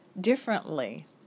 differently